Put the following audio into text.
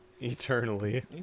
eternally